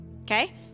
okay